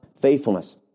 faithfulness